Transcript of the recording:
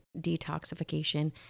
detoxification